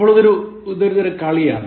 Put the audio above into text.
അപ്പോൾ ഇതൊരു തരം കളിയാണ്